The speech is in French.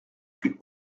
plus